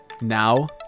Now